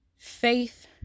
faith